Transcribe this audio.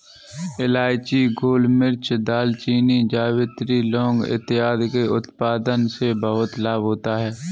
इलायची, गोलमिर्च, दालचीनी, जावित्री, लौंग इत्यादि के उत्पादन से बहुत लाभ होता है